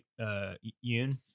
Yoon